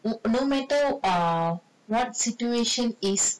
no no matter err what situation is